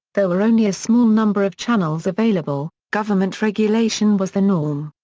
there were only a small number of channels available, government regulation was the norm.